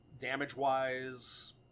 damage-wise